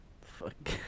Fuck